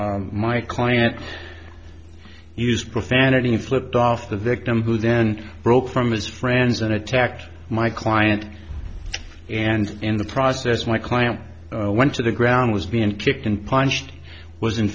my client used profanity flipped off the victim who then broke from his friends and attacked my client and in the process my client went to the ground was being kicked and punched was in